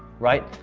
right?